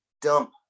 dump